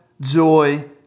joy